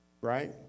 right